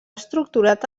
estructurat